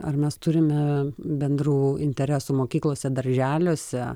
ar mes turime bendrų interesų mokyklose darželiuose